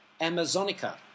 Amazonica